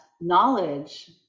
knowledge